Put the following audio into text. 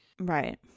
right